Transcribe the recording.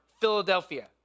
Philadelphia